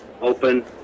Open